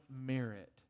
merit